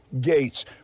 gates